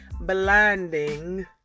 blinding